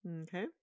Okay